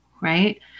right